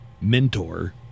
mentor